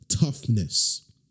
toughness